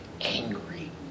angry